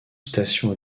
stations